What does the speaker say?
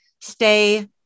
stay